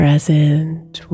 Present